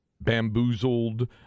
bamboozled –